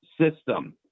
system